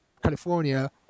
California